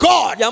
God